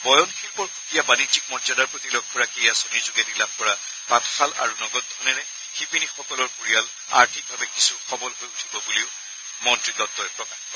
বয়ন শিল্পৰ সুকীয়া বাণিজ্যিক মৰ্যাদাৰ প্ৰতি লক্ষ্য ৰাখি এই আঁচনিৰ যোগেদি লাভ কৰা তাঁতশাল আৰু নগদ ধনেৰে শিপিনীসকলৰ পৰিয়াল আৰ্থিকভাৱে কিছু সৱল হৈ উঠিব বুলিও মন্ত্ৰীগৰাকীয়ে প্ৰকাশ কৰে